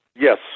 Yes